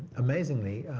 amazingly,